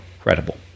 credible